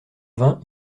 vingt